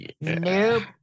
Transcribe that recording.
Nope